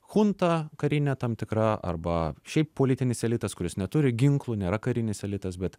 chunta karinė tam tikra arba šiaip politinis elitas kuris neturi ginklų nėra karinis elitas bet